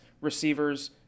receivers